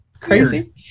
crazy